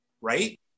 right